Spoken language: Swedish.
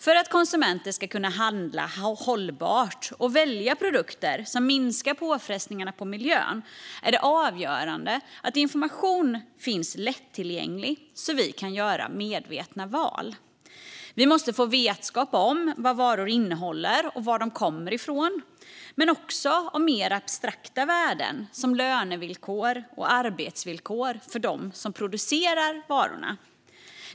För att vi konsumenter ska kunna handla hållbart och välja produkter som minskar påfrestningarna på miljön är det avgörande att information finns lättillgänglig så att vi kan göra medvetna val. Vi måste få vetskap om vad varor innehåller och varifrån de kommer men också om mer abstrakta värden, som lönevillkor och arbetsvillkor för dem som producerar varorna.